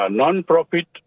non-profit